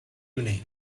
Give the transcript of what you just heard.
evening